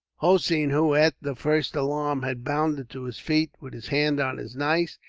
hossein, who, at the first alarm, had bounded to his feet with his hand on his knife,